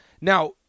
Now